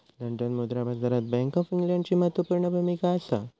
London मुद्रा बाजारात bank of इंग्लंडची म्हत्त्वापूर्ण भुमिका असा